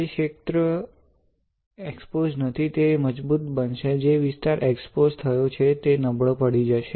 જે ક્ષેત્ર એક્સ્પોસ્ડ નથી તે મજબૂત બનશે જે વિસ્તાર એક્સ્પોસ્ડ થયો છે તે નબળો પડી જશે